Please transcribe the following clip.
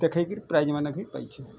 ଦେଖାଇକିରି ପ୍ରାଇଜ୍ମାନେ ବି ପାଇଛି